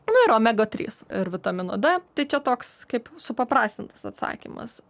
nu ir omega trys ir vitamino dė tai čia toks kaip supaprastintas atsakymas